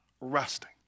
resting